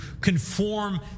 conform